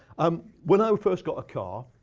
um when i first got a car,